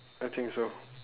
I think so